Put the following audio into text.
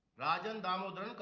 rajan damodhran.